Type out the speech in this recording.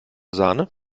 sahne